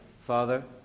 father